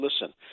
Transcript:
listen